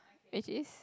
which is